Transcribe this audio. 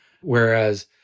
whereas